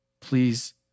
Please